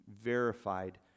verified